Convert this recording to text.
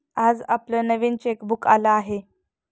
आज आपलं नवीन चेकबुक आलं आहे